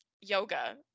yoga